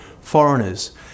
foreigners